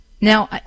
Now